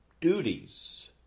duties